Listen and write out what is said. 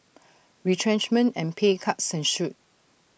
retrenchment and pay cuts ensued